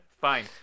fine